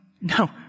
no